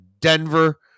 Denver